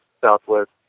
Southwest